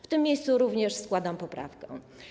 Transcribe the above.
W tym miejscu również składam poprawkę.